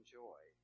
joy